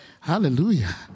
Hallelujah